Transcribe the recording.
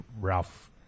ralph